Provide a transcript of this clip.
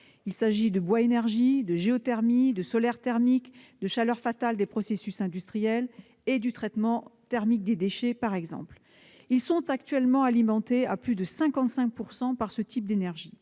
exemple, de bois énergie, de géothermie, de solaire thermique, de chaleur fatale des processus industriels et du traitement thermique des déchets. Ces réseaux sont actuellement alimentés à plus de 55 % par ce type d'énergies.